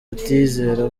kutiyizera